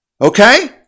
okay